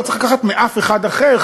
לא צריך לקחת מאף אחד אחר,